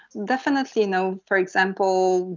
definitely. you know for example,